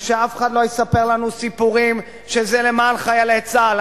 ושאף אחד לא יספר לנו סיפורים שזה למען חיילי צה"ל.